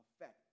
effect